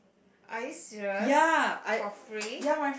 are you serious for free